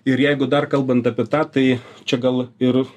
ir jeigu dar kalbant apie tą tai čia gal ir